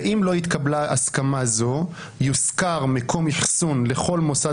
"ואם לא התקבלה הסכמה זו יושכר מקום אחסון לכל מוסד